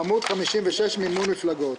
עמוד 56, מימון מפלגות.